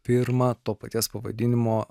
pirmą to paties pavadinimo